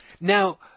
Now